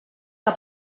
que